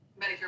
Medicare